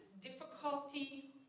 difficulty